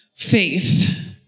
Faith